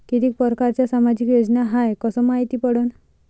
कितीक परकारच्या सामाजिक योजना हाय कस मायती पडन?